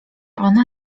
ona